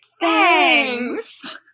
Thanks